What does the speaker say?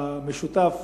משותף